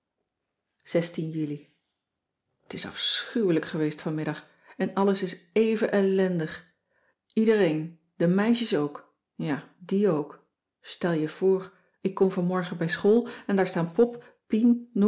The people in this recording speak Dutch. juli t is afschuwelijk geweest vanmiddag en alles is even ellendig iedereen de meisjes ook ja die ook stel je voor ik kom vanmorgen bij school en daar staan pop pien